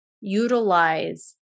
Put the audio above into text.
utilize